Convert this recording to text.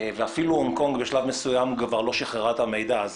ואפילו הונג קונג כבר לא שחררה את המידע בשלב מסוים.